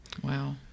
Wow